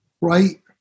right